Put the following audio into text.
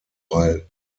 while